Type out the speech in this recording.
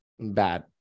Bad